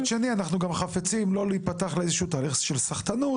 מצד שני אנחנו גם חפצים לא להיפתח לאיזשהו תהליך של סחטנות,